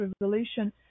Revelation